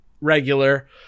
regular